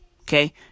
okay